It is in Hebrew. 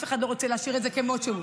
אף אחד לא רוצה להשאיר את זה כמו שהוא.